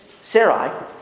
Sarai